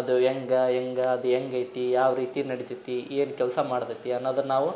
ಅದು ಹೆಂಗ ಹೆಂಗ ಅದು ಹೆಂಗೈತಿ ಯಾವ ರೀತಿ ನಡಿತದೆ ಏನು ಕೆಲಸ ಮಾಡ್ತದೆ ಅನ್ನೋದನ್ನು ನಾವು